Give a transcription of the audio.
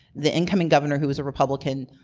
the incoming governor, who was a republican,